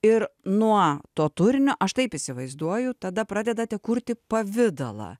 ir nuo to turinio aš taip įsivaizduoju tada pradedate kurti pavidalą